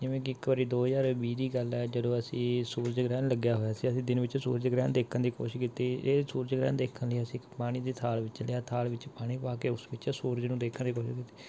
ਜਿਵੇਂ ਕਿ ਇੱਕ ਵਾਰੀ ਦੋ ਹਜ਼ਾਰ ਵੀਹ ਦੀ ਗੱਲ ਹੈ ਜਦੋਂ ਅਸੀਂ ਸੂਰਜ ਗ੍ਰਹਿਣ ਲੱਗਿਆ ਹੋਇਆ ਸੀ ਅਸੀਂ ਦਿਨ ਵਿੱਚ ਸੂਰਜ ਗ੍ਰਹਿਣ ਦੇਖਣ ਦੀ ਕੋਸ਼ਿਸ਼ ਕੀਤੀ ਇਹ ਸੂਰਜ ਗ੍ਰਹਿਣ ਦੇਖਣ ਲਈ ਅਸੀਂ ਇੱਕ ਪਾਣੀ ਦੀ ਥਾਲ ਵਿੱਚ ਲਿਆ ਥਾਲ ਵਿੱਚ ਪਾਣੀ ਪਾ ਕੇ ਉਸ ਵਿੱਚ ਸੂਰਜ ਨੂੰ ਦੇਖਣ ਦੀ ਕੋਸ਼ਿਸ਼ ਕੀਤੀ